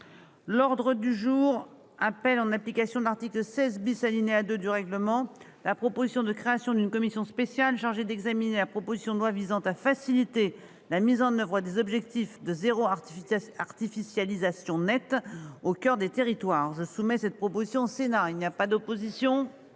L'ordre du jour appelle, en application de l'article 16 , alinéa 2, du règlement, la proposition de création d'une commission spéciale chargée d'examiner la proposition de loi visant à faciliter la mise en oeuvre des objectifs de « zéro artificialisation nette » au coeur des territoires. Je soumets cette proposition au Sénat. Il n'y a pas d'opposition ?